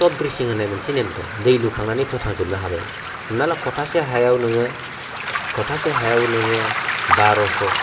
top dressing होननाय मोनसे नेम दं दै लुखांनानै फोथांजोबनो हाबाय हमना ला खथासे हायाव नोङो खथासे हायाव नोङो बार'स'